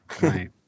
Right